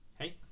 Hey